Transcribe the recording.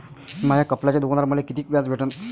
माया कपड्याच्या दुकानावर मले कितीक व्याज भेटन?